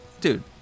dude